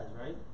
right